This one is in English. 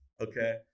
okay